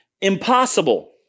Impossible